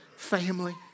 Family